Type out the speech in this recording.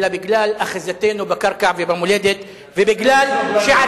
אלא בגלל אחיזתנו בקרקע ובמולדת ובגלל שיש